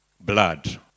blood